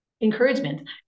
encouragement